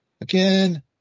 again